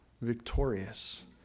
victorious